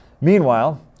Meanwhile